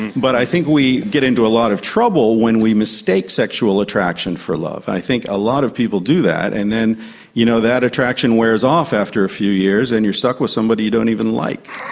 but i think we get into a lot of trouble when we mistake sexual attraction for love, and i think a lot of people do that. and you know that attraction wears off after a few years and you're stuck with somebody you don't even like.